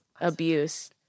abuse